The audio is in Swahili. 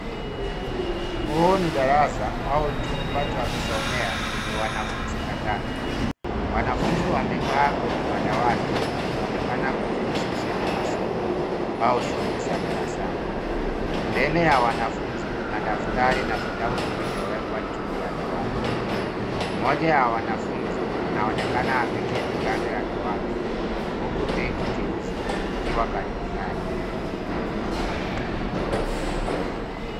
Huu ni darasa au chumba cha kusomea kenye wanafunzi kadhaa. Wanafunzi wamekaa kwenye madawati wakionekana kujihusisha na masomo au shughuli za darasani. Mbele ya wanafunzi kuna daftari na vitabu vilivyowekwa juu ya dawati. Mmoja ya wanafunzi anaonekana ameketi kando ya dawati, huku beki cheusi likiwa karibu naye.